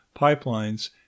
pipelines